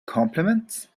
compliments